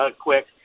quick